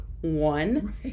one